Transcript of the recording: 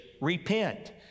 repent